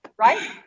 Right